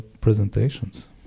presentations